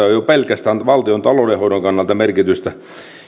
jo jo pelkästään valtion taloudenhoidon kannalta merkitystä